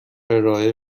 ارائه